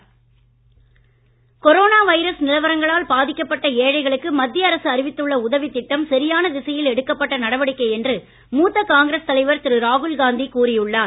ராகுல் corona virus நிலவரங்களால் பாதிக்கப்பட்ட ஏழைகளுக்கு மத்திய அரசு அறிவித்துள்ள உதவித் திட்டம் சரியான திசையில் எடுக்கப்பட்ட நடவடிக்கை என்று மூத்த காங்கிரஸ் தலைவர் திரு ராகுல்காந்தி கூறி உள்ளார்